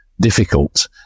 difficult